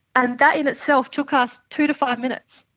and that in itself took us two to five minutes,